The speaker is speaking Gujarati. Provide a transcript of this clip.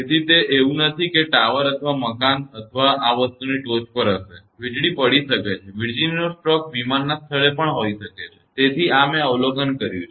તેથી તે એવું નથી કે તે ટાવર અથવા મકાન અથવા આ વસ્તુની ટોચ પર હશે વીજળી પડી શકે છે વિજળીનો સ્ટ્રોક વિમાનના સ્થળે પણ થઈ શકે છે તેથી આ મેં આ અવલોકન કર્યું છે